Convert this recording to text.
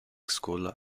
school